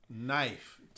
knife